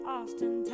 Austin